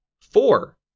four